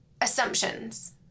assumptions